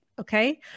okay